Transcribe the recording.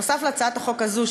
נוסף על הצעת החוק הזו,